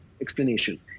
explanation